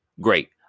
Great